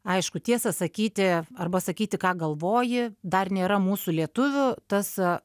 aišku tiesą sakyti arba sakyti ką galvoji dar nėra mūsų lietuvių tas